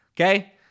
Okay